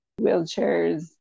wheelchairs